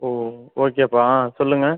ஓ ஓகேப்பா ஆ சொல்லுங்கள்